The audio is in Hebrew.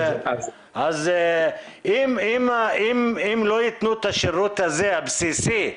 אם לא יתנו את השירות הזה הבסיסי,